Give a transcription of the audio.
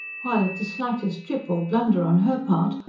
while, at the slightest trip or blunder on her part,